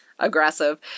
Aggressive